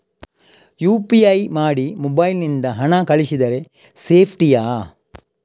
UPI ಮಾಡಿ mobile ನಿಂದ ಹಣ ಕಳಿಸಿದರೆ ಸೇಪ್ಟಿಯಾ?